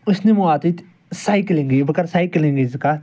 أسۍ نِمَو اَتِتھۍ سایکِلِنٛگ بہٕ کَرٕ سایکِلِنٛگ ۂنٛز کَتھ